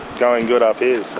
going good up here. yeah?